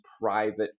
private